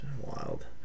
Wild